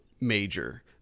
major